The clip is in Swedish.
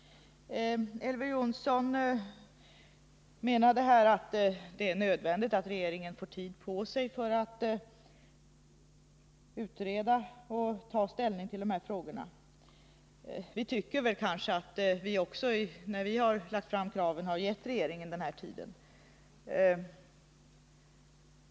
Elver Jonsson menade att det är nödvändigt att regeringen får tid på sig för att utreda och ta ställning till dessa frågor. Vi tycker nog att vi har givit regeringen den tiden.